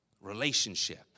Relationship